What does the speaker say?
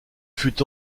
fut